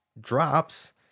drops